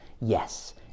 Yes